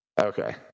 Okay